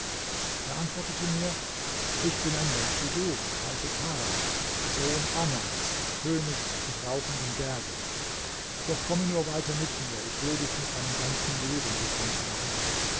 er antwortete mir ich bin ein mensch wie du und heiße tarad sohn anans könig des rauchenden berges doch komme nur weiter mit mir ich will dich mit meinem ganzen leben bekannt machen